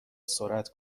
سرعت